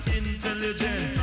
intelligent